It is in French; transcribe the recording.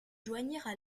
joignirent